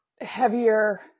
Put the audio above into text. heavier